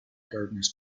gardeners